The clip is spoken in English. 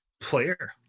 player